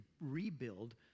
rebuild